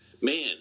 Man